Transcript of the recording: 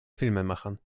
filmemachern